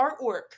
artwork